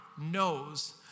knows